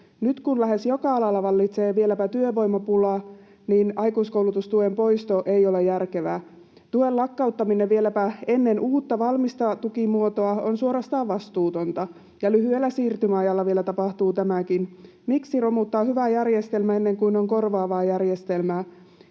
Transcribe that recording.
Nyt, kun lähes joka alalla vallitsee vieläpä työvoimapulaa, aikuiskoulutustuen poisto ei ole järkevää. Tuen lakkauttaminen, vieläpä ennen uutta valmista tukimuotoa, on suorastaan vastuutonta, ja vielä lyhyellä siirtymäajalla tapahtuu tämäkin. Miksi romuttaa hyvä järjestelmä ennen kuin on korvaava järjestelmä?